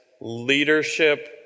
leadership